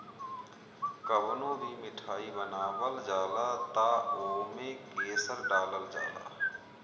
कवनो भी मिठाई बनावल जाला तअ ओमे केसर डालल जाला